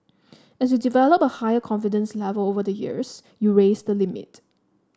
as you develop a higher confidence level over the years you raise the limit